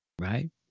right